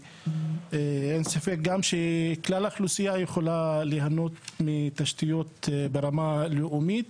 ואין ספק גם שכלל האוכלוסייה יכולה ליהנות מתשתיות ברמה לאומית.